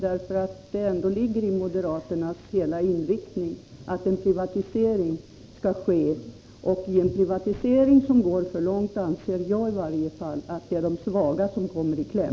Det ligger ändå i moderaternas intresse att en privatisering av sjukvården skall ske. Om en privatisering går för långt anser jag i varje fall att det är de svaga som kommer i kläm.